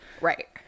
Right